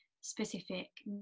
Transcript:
specific